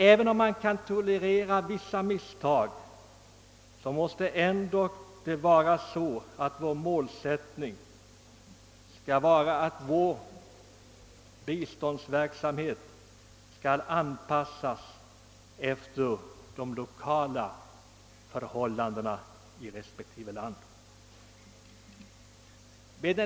Även om man kan tolerera vissa misstag måste målsättningen ändock vara att vår biståndsverksamhet skall anpassas efter de lokala förhållandena i respektive land.